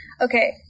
Okay